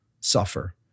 suffer